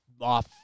Off